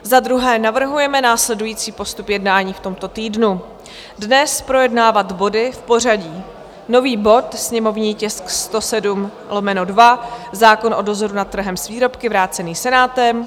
Za druhé navrhujeme následující postup jednání v tomto týdnu dnes projednávat body v pořadí: nový bod, sněmovní tisk 107/2, zákon o dozoru na trhem s výrobky, vrácený Senátem;